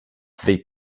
they